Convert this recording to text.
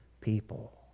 people